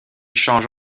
change